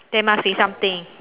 there must be something